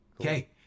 Okay